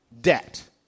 debt